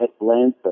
Atlanta